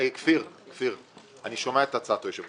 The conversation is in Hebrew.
כפיר, אני שומע את הצעת היושב ראש.